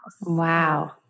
Wow